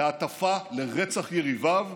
להטפה לרצח יריביו,